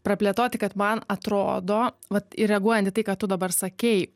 praplėtoti kad man atrodo vat ir reaguojant į tai ką tu dabar sakei